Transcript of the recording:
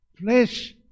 flesh